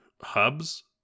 hubs